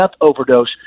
overdose